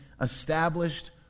established